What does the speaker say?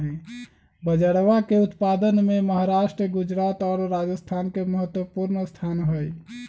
बजरवा के उत्पादन में महाराष्ट्र गुजरात और राजस्थान के महत्वपूर्ण स्थान हई